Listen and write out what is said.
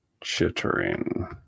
Chittering